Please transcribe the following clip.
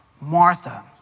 Martha